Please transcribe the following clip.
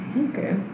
Okay